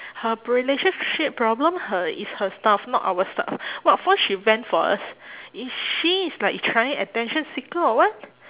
her relationship problem her is her stuff not our stuff what for she vent for us is she is like trying attention seeker or what